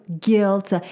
guilt